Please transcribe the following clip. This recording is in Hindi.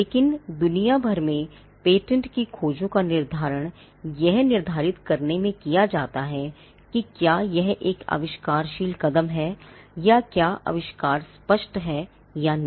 लेकिन दुनिया भर में पेटेंट की खोजों का निर्धारण यह निर्धारित करने में किया जाता है कि क्या यह एक आविष्कारशील कदम है या क्या आविष्कार स्पष्ट है या नहीं